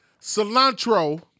cilantro